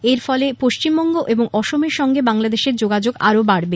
এরফলে পশ্চিমবঙ্গ এবং অসমের সঙ্গে বাংলাদেশের যোগাযোগ আরও বাড়বে